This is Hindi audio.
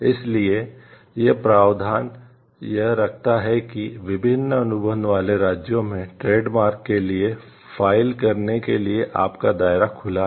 इसलिए यह प्रावधान यह रखता है कि विभिन्न अनुबंध वाले राज्यों में ट्रेडमार्क के लिए फाइल करने के लिए आपका दायरा खुला है